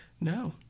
No